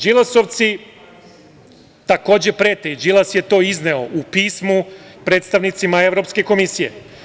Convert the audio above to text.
Đilasovci takođe prete i Đilas je to izneo u pismu predstavnicima Evropske komisije.